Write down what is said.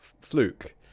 fluke